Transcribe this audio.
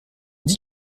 dit